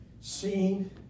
Seen